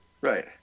Right